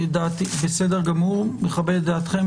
בסדר גמור, מכבד את אתכם.